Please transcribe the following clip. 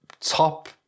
top